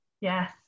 yes